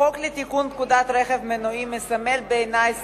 החוק לתיקון פקודת הרכב המנועי מסמל בעיני את